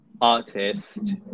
artist